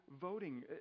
voting